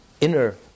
inner